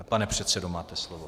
Pane předsedo, máte slovo.